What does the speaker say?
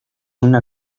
una